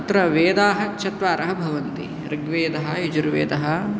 तत्र वेदाः चत्वारः भवन्ति ऋग्वेदः यजुर्वेदः